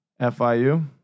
FIU